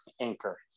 anchor